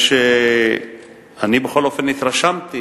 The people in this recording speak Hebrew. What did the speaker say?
ואני, בכל אופן, התרשמתי